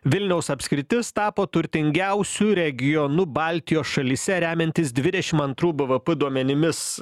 vilniaus apskritis tapo turtingiausiu regionu baltijos šalyse remiantis dvidešimt antrų bvp duomenimis